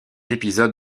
épisode